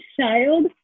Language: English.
child